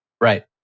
Right